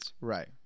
right